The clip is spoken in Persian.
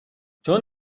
چون